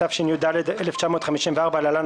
התשי"ד-1954 (להלן,